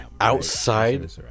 outside